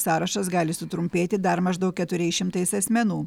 sąrašas gali sutrumpėti dar maždaug keturiais šimtais asmenų